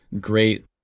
great